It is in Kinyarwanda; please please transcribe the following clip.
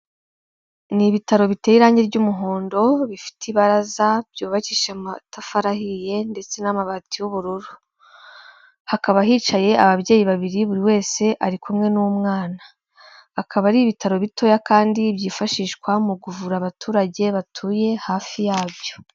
Ni ibitaro biteye irangi ry'umuhondo bifite ibaraza byubakije amatafari ahiye ndetse n'amabati y'ubururu, hakaba hicaye ababyeyi babiri buri wese ari kumwe n'umwana, akaba ari ibitaro bitoya kandi byifashishwa mu kuvura abaturage batuye hafi yabyo.